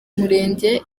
murenge